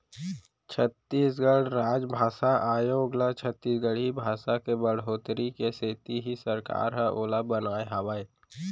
छत्तीसगढ़ राजभासा आयोग ल छत्तीसगढ़ी भासा के बड़होत्तरी के सेती ही सरकार ह ओला बनाए हावय